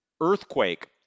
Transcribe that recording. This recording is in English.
earthquake